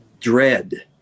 dread